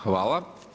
Hvala.